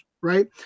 right